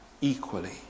equally